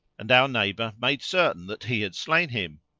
and our neighbour made certain that he had slain him.